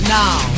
now